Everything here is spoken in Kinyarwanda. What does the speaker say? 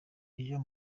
ibyo